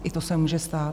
I to se může stát.